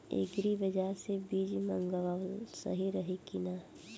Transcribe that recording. Agri बाज़ार से बीज मंगावल सही रही की ना?